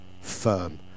firm